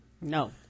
No